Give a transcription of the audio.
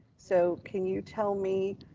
so can you tell me,